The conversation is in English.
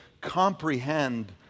comprehend